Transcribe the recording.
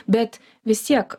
bet vis tiek